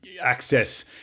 access